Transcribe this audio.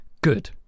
good